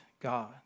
God